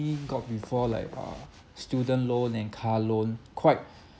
got before like uh student loan and car loan quite